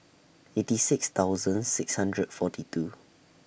eighty six thousand six hundred forty two